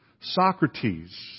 Socrates